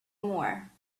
more